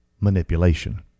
manipulation